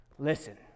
Listen